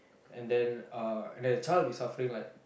and then uh and then the child would be suffering like